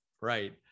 right